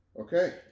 Okay